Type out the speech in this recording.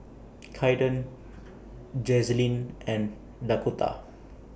Kaiden Jazlynn and Dakotah